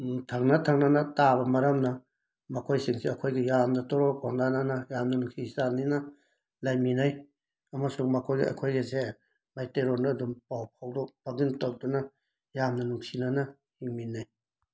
ꯊꯪꯅ ꯊꯪꯅꯅ ꯇꯥꯕ ꯃꯔꯝꯅ ꯃꯈꯣꯏꯁꯤꯡꯁꯦ ꯑꯩꯈꯣꯏꯒ ꯌꯥꯝꯅ ꯌꯥꯝꯅ ꯅꯨꯡꯁꯤ ꯆꯥꯟꯅꯅ ꯂꯩꯃꯤꯟꯅꯩ ꯑꯃꯁꯨꯡ ꯃꯈꯣꯏꯒ ꯑꯩꯈꯣꯏꯒꯁꯦ ꯃꯩꯇꯩꯔꯣꯟꯗ ꯑꯗꯨꯝ ꯄꯥꯎ ꯐꯥꯎꯗꯣꯛ ꯐꯥꯎꯖꯤꯟ ꯇꯧꯗꯨꯅ ꯌꯥꯝꯅ ꯅꯨꯡꯁꯤꯅꯅ ꯍꯤꯡꯃꯤꯟꯅꯩ